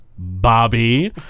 bobby